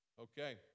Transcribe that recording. okay